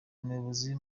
umuyobozi